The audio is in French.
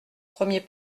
premier